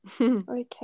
Okay